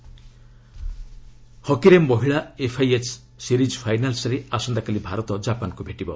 hockey women ହକିରେ ମହିଳା FIH series ଫାଇନାଲ୍ସରେ ଆସନ୍ତାକାଲି ଭାରତ ଜାପାନ୍କୁ ଭେଟିବ